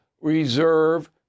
reserve